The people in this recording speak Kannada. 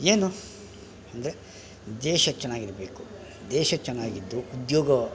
ಏನು ಅಂದರೆ ದೇಶ ಚೆನ್ನಾಗಿರ್ಬೇಕು ದೇಶ ಚೆನ್ನಾಗಿದ್ದು ಉದ್ಯೋಗ